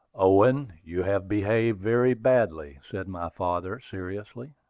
owen, you have behaved very badly, said my father seriously.